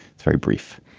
it's very brief.